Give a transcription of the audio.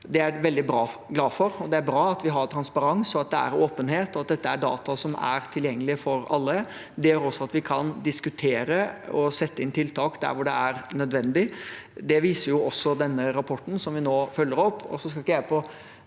Det er jeg veldig glad for. Det er bra at vi har transparens, at det er åpenhet, og at dette er data som er tilgjengelige for alle. Det gjør også at vi kan diskutere og sette inn tiltak der det er nødvendig. Det viser jo også denne rapporten som vi nå følger opp.